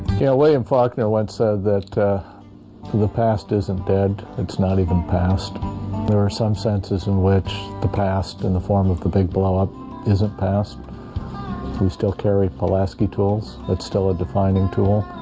yeah william faulkner once said that the past isn't dead. it's not even past there are some senses in which the past in the form of the big blowup isn't past we still carry pulaski tools. it's still a defining tool